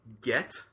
get